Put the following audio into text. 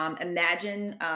imagine